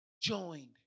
joined